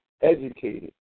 educated